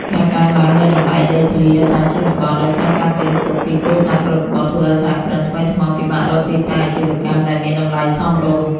ការកើនឡើងនៃតម្លៃដីធ្លីនៅតាមជនបទ ដោយសារការទិញទុកពីគ្រួសារពលករ ធ្វើឱ្យសហគ្រិនថ្មីថ្មោងពិបាករកទីតាំងអាជីវកម្មដែលមានតម្លៃសមរម្យ។